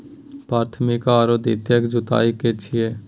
प्राथमिक आरो द्वितीयक जुताई की छिये?